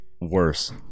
worse